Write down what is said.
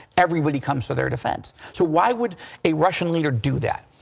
everybody comes to their difference. so why would a russian leader do that?